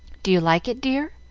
do you like it, dear?